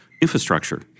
infrastructure